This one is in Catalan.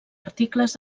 articles